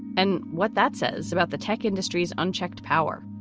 and what that says about the tech industry is unchecked power.